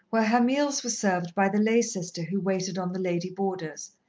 where her meals were served by the lay-sister who waited on the lady-boarders,